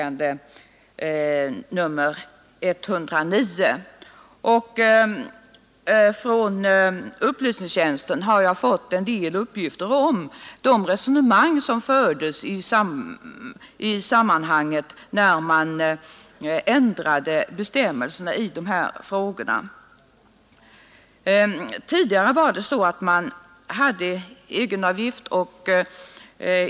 tjänsten har jag inhämtat en del uppgifter om de resonemang som fördes i samband med att man ändrade bestämmelserna i de här frågorna. Tidigare hade de handikappade att erlägga en egenavgift för sina hjälpmedel.